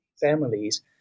families